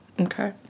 Okay